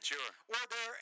Sure